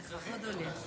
לכבוד הוא לי.